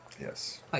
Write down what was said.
Yes